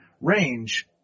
range